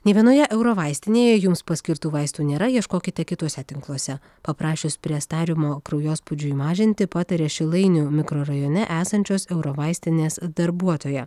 nė vienoje euro vaistinėje jums paskirtų vaistų nėra ieškokite kituose tinkluose paprašius prestariumo kraujospūdžiui mažinti pataria šilainių mikrorajone esančios euro vaistinės darbuotoja